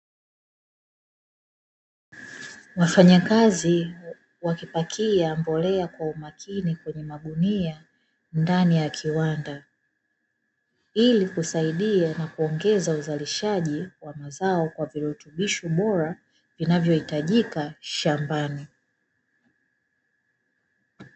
Wafanyakazi wakipakia mbolea kwa umakini kwenye magunia ndani ya kiwanda, ili kusaidia na kuongeza uzalishaji wa mazao kwa virutubisho bora vinavyohitajika shambani.